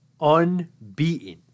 unbeaten